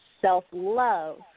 self-love